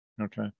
Okay